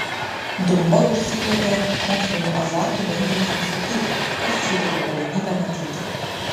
dumba užsikrėtė moksliniu azartu bandymais nustatyti kas suteikė galimybę matyti